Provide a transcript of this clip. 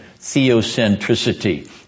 theocentricity